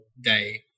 day